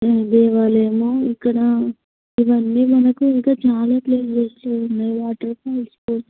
దేవాలయము ఇక్కడ ఇవి అన్నీ మనకు ఇంకా చాలా ప్లేసెస్ ఉన్నాయి వాటర్ పూల్